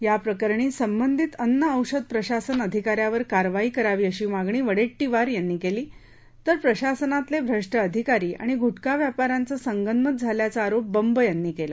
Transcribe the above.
या प्रकरणी संबंधित अन्न ओषध प्रशासन अधिकाऱ्यावर कारवाई करावी अशी मागणी वडेट्टीवार यांनी केली तर प्रशासनातले भ्रष्ट अधिकारी आणि गुटखा व्यापाऱ्यांचं संगनमत असल्याचा आरोप बंब यांनी केला